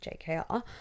JKR